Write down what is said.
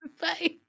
Bye